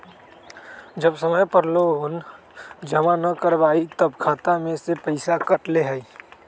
जब समय पर लोन जमा न करवई तब खाता में से पईसा काट लेहई?